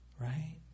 right